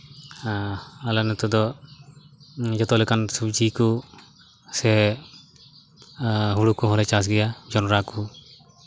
ᱟᱞᱮ ᱱᱚᱛᱮ ᱫᱚ ᱡᱚᱛᱚ ᱞᱮᱠᱟᱱ ᱥᱚᱵᱽᱡᱤ ᱠᱚ ᱥᱮ ᱦᱩᱲᱩ ᱠᱚᱦᱚᱸᱞᱮ ᱪᱟᱥ ᱜᱮᱭᱟ ᱡᱚᱸᱰᱨᱟ ᱠᱚ